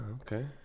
Okay